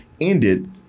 ended